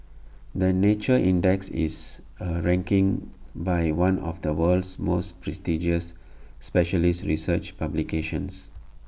the nature index is A ranking by one of the world's most prestigious specialist research publications